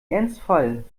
ernstfall